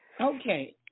Okay